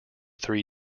three